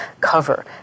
cover